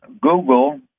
Google